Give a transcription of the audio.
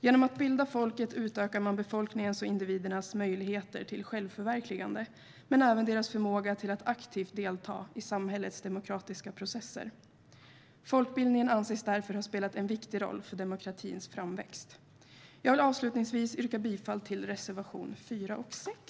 Genom att bilda folket utökar man befolkningens och individernas möjligheter till självförverkligande men även deras förmåga till att aktivt delta i samhällets demokratiska processer. Folkbildningen anses därför ha spelat en viktig roll för demokratins framväxt. Jag vill avslutningsvis yrka bifall till reservationerna 4 och 6.